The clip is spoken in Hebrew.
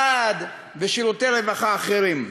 סעד ושירותי רווחה אחרים.